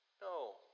No